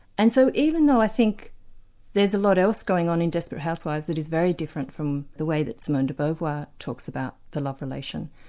and so even though i think there's a lot else going on in desperate housewives that is very different from the way that simone de beauvoir talks about the love relation,